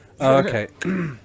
okay